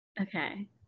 okay